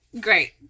Great